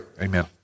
amen